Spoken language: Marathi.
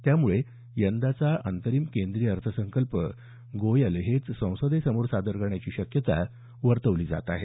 त्यामुळे यंदाचा अंतरिम केंद्रीय अर्थसंकल्प गोयल हेच संसदेसमोर सादर करण्याची शक्यता वर्तवली जात आहे